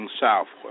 southward